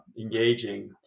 engaging